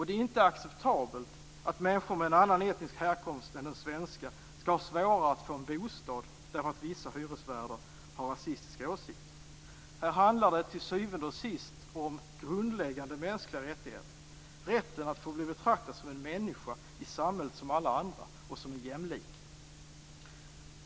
Det är inte acceptabelt att människor med en annan etnisk härkomst än den svenska skall ha svårare att få en bostad därför att vissa hyresvärdar har rasistiska åsikter. Här handlar det till syvende och sist om grundläggande mänskliga rättigheter, om rätten att få bli betraktad som en människa i samhället som alla andra och som en jämlike.